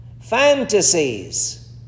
Fantasies